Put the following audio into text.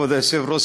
כבוד היושב-ראש,